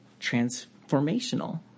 transformational